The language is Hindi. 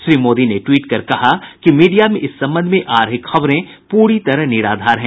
श्री मोदी ने ट्वीट कर कहा कि मीडिया में इस संबंध में आ रही खबरें पूरी तरह निराधार है